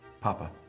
Papa